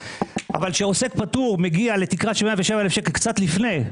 אבל כשעוסק פטור מגיע לתקרת ה-107,000 ₪ קצת לפני,